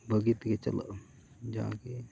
ᱵᱷᱟᱹᱜᱤ ᱛᱮᱜᱮ ᱪᱟᱞᱟᱜᱼᱟ ᱡᱟᱜᱮ